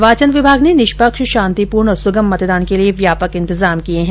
निर्वाचन विभाग ने निष्पक्ष शांतिपूर्ण और सुगम मतदान के लिए व्यापक इन्तजाम किए है